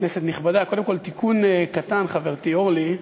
כנסת נכבדה, קודם כול תיקון קטן, חברתי אורלי,